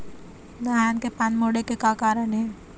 धान के पान मुड़े के कारण का हे?